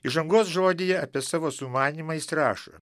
įžangos žodyje apie savo sumanymą jis rašo